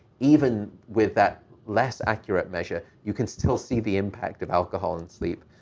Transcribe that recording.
even with that less accurate measure, you can still see the impact of alcohol in sleep.